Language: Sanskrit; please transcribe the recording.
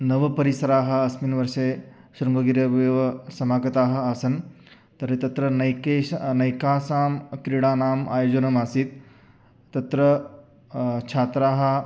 नवपरिसराः अस्मिन् वर्षे शृङ्गगिरौ एव समागताः आसन् तर्हि तत्र नैकेश् नैकासां क्रीडानाम् आयोजनमासीत् तत्र छात्राः